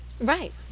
Right